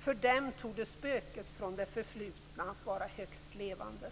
För dem torde spöket från det förflutna vara högst levande.